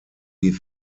die